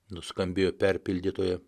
nuskambėjo perpildytoje